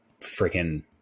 freaking